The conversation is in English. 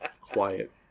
quiet